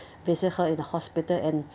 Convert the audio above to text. visit her in the hospital and